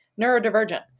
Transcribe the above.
neurodivergent